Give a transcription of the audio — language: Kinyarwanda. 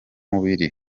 mubiri